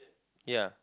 ya